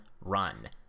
run